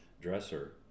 dresser